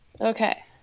Okay